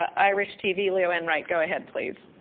ah irish tv, leo enright, go ahead please.